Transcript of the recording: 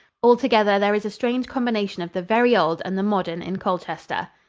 altogether, there is a strange combination of the very old and the modern in colchester.